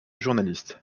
journaliste